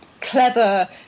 clever